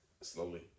slowly